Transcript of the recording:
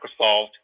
Microsoft